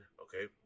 Okay